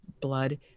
blood